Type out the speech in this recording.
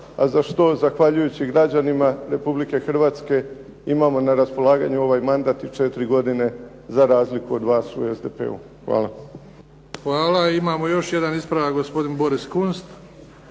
a za što zahvaljujući građanima Republike Hrvatske imamo na raspolaganju ovaj mandat u 4 godine za razliku od vas u SDP-u. Hvala. **Bebić, Luka (HDZ)** Hvala. Imamo još jedan ispravak, gospodin Boris Kunst.